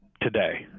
today